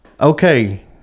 Okay